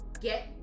get